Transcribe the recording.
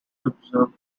observe